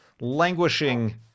...languishing